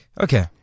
Okay